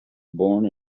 born